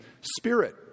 Spirit